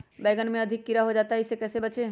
बैंगन में अधिक कीड़ा हो जाता हैं इससे कैसे बचे?